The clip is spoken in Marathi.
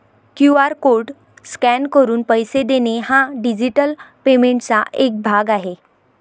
क्यू.आर कोड स्कॅन करून पैसे देणे हा डिजिटल पेमेंटचा एक भाग आहे